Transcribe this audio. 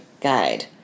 guide